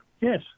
Yes